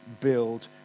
build